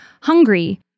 hungry